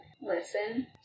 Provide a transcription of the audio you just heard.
listen